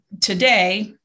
today